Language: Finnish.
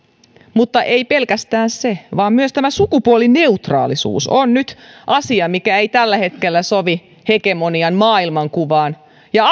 mutta ei pelkästään se vaan myös tämä sukupuolineutraalisuus on nyt asia mikä ei tällä hetkellä sovi hegemonian maailmankuvaan ja